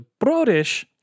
Brodish